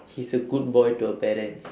he's a good boy to her parents